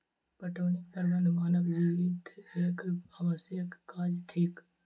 पटौनीक प्रबंध मानवजनीत एक आवश्यक काज थिक